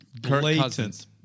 Blatant